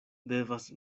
devas